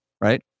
right